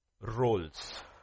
Roles